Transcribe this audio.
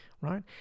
right